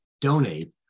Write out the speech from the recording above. donate